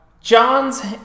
Johns